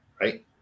right